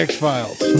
X-Files